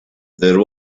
there